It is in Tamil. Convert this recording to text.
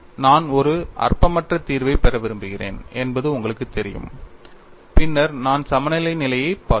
நான் ஒரு அற்பமற்ற தீர்வைப் பெற விரும்புகிறேன் என்பது உங்களுக்குத் தெரியும் பின்னர் நான் சமநிலை நிலையைப் பார்க்கிறேன்